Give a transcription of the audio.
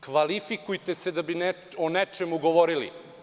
Kvalifikujte se da bi o nečemu govorili.